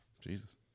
Jesus